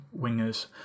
wingers